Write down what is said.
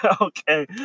Okay